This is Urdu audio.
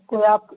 آپ